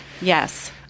yes